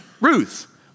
Ruth